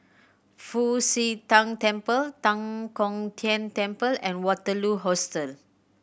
Fu Xi Tang Temple Tan Kong Tian Temple and Waterloo Hostel